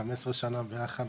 15 שנה ביחד,